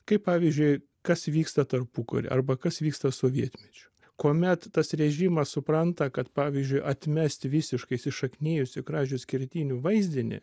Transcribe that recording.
kaip pavyzdžiui kas vyksta tarpukary arba kas vyksta sovietmečiu kuomet tas režimas supranta kad pavyzdžiui atmesti visiškai įsišaknijusių kražių skerdynių vaizdinį